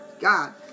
God